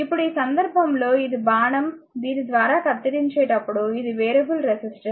ఇప్పుడు ఈ సందర్భంలో ఇది బాణం దీని ద్వారా కత్తిరించేటప్పుడు ఇది వేరియబుల్ రెసిస్టెన్స్